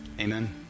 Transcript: amen